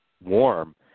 warm